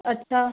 अच्छा